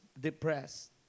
depressed